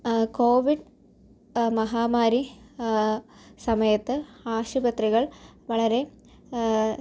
Covid മഹാമാരി സമയത്ത് ആശുപത്രികൾ വളരെ